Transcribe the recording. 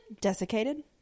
Desiccated